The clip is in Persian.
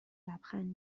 لبخند